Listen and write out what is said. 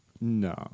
No